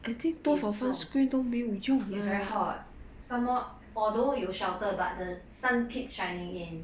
if 中 is very hot some more although 有 sheltered but the sun keep shining in